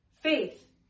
Faith